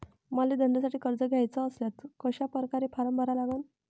मले धंद्यासाठी कर्ज घ्याचे असल्यास कशा परकारे फारम भरा लागन?